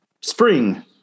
spring